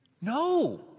No